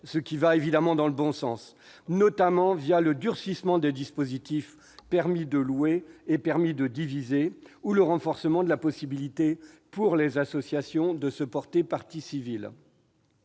ce qui va évidemment dans le bon sens. Il prévoit en particulier le durcissement des dispositifs du permis de louer et du permis de diviser ou le renforcement de la possibilité, pour les associations, de se porter parties civiles.